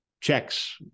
checks